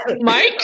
Mike